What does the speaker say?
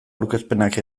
aurkezpenak